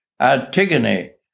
Antigone